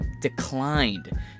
declined